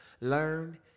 learn